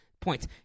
points